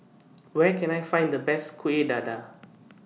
Where Can I Find The Best Kueh Dadar